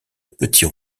petits